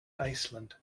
iceland